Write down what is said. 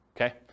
okay